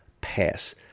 pass